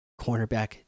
cornerback